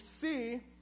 see